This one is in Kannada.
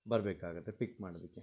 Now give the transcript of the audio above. ಬರಬೇಕಾಗತ್ತೆ ಪಿಕ್ ಮಾಡೋದಕ್ಕೆ